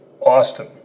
Austin